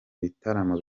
bitaramo